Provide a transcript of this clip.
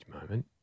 moment